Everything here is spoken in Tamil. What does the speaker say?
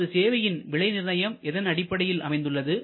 நமது சேவையின் விலை நிர்ணயம் எதன் அடிப்படையில் அமைந்துள்ளது